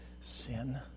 sin